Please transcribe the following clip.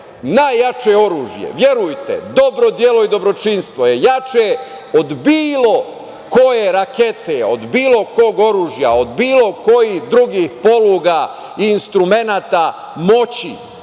najjače oružje, verujte, dobro delo i dobročinstvo je jače od bilo koje rakete, od bilo kog oružja, od bilo kojih drugih poluga instrumenata moći,